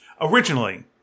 originally